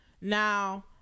Now